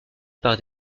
par